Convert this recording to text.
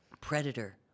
Predator